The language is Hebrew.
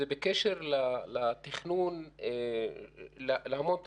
זה בקשר לתכנון להמון תוכניות.